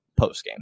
postgame